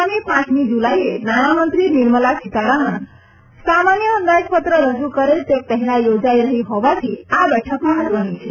આગામી પાંચમી જુલાઈએ નાણાંમંત્રી નિર્મલા સીતારામન સામાન્ય અંદાજપત્ર રજુ કરે તે પહેલા યોજાઈ રહી હોવાથી આ બેઠક મહત્વની છે